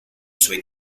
suoi